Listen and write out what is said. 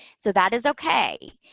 so, that is okay.